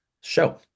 show